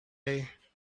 and